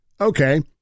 Okay